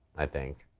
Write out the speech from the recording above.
i think.